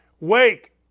Wake